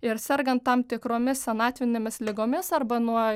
ir sergant tam tikromis senatvinėmis ligomis arba nuo